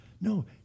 no